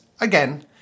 again